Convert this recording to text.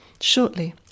Shortly